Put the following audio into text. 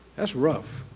that's rough.